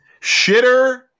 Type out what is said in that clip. Shitter